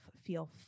feel